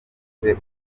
ubwe